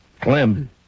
Clem